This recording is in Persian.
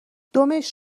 دمش